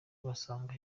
basanga